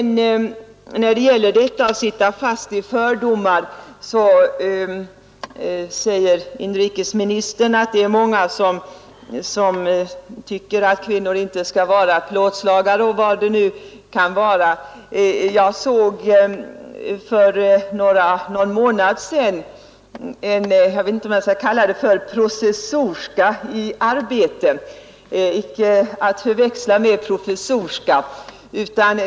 När det gäller detta att sitta fast i fördomar, så säger inrikesministern att det är många som tycker att kvinnor inte skall vara plåtslagare och liknande. Jag såg för någon månad sedan en ”processorska” i arbete — icke att förväxla med professorska!